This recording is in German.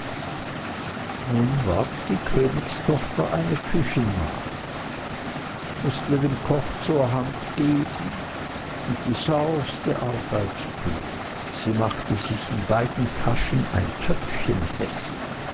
nun ward die königstochter eine küchenmagd mußte dem koch zur hand gehen und die sauerste arbeit tun sie machte sich in beiden taschen ein töpfchen fest